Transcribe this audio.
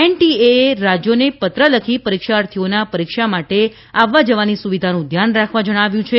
NTA એ રાજયોને પત્ર લખી પરીક્ષાર્થીઓના પરીક્ષા માટે આવવા જવાની સુવિધાનું ધ્યાન રાખવા જણાવ્યું છે